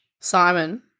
Simon